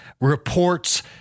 reports